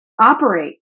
operate